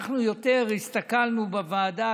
אנחנו יותר הסתכלנו בוועדה,